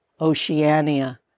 Oceania